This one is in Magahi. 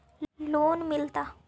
लोन मिलता?